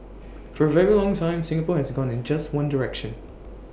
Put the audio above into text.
for A very long time Singapore has gone in just one direction